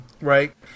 Right